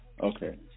Okay